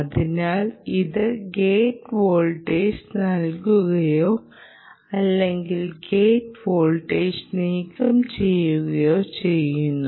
അതിനാൽ ഇത് gate voltage നൽകുകയോ അല്ലെങ്കിൽ ഗേറ്റ് വോൾട്ടേജ് നീക്കംചെയ്യുകയോ ചെയ്യുന്നു